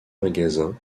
magasin